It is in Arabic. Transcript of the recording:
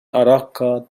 أراك